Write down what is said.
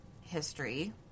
history